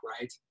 right